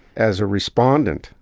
as a respondent,